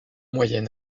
moyen